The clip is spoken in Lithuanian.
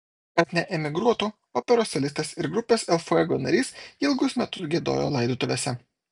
kad neemigruotų operos solistas ir grupės el fuego narys ilgus metus giedojo laidotuvėse